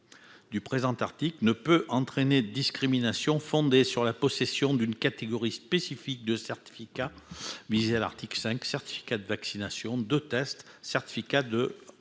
du présent article ne peut entraîner discrimination fondée sur la possession d'une catégorie spécifique de certificat visées à l'article 5, certificat de vaccination de tests certificat de rétablissement,